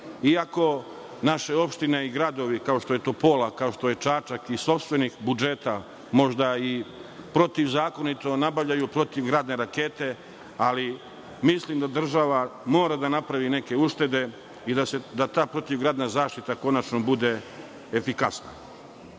iako naše opštine i gradovi, kao što je Topola, kao što je Čačak, iz sopstvenih budžeta, možda i protivzakonito nabavljaju protivgradne rakete, ali mislim da država mora da napravi neke uštede i da ta protivgradna zaštita konačno bude efikasna. Kada